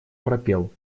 пропел